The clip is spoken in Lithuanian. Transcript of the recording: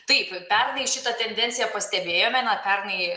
taip pernai šitą tendenciją pastebėjome na pernai